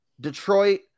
Detroit